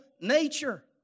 nature